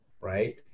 right